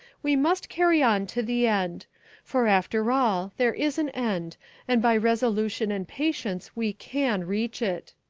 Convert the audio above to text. we must carry on to the end for after all there is an end and by resolution and patience we can reach it.